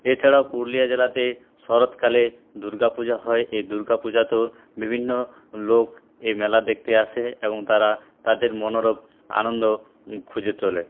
এছাড়াও পুরুলিয়া জেলাতে শরৎকালে দুর্গাপূজা হয় এই দুর্গাপূজাতেও বিভিন্ন লোক এই মেলা দেখতে আসে এবং তারা তাদের মনোরম আনন্দ খুঁজে চলে